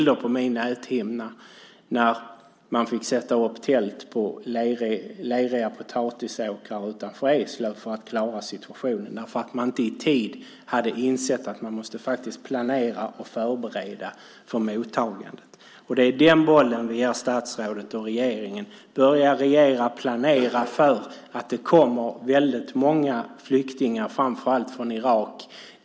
Då fick man sätta upp tält på leriga potatisåkrar utanför Eslöv för att klara situationen därför att man inte i tid hade insett att man måste planera och förbereda för mottagandet. Det är den bollen vi ger statsrådet och regeringen: Börja regera och planera för att det kommer väldigt många flyktingar, framför allt från Irak.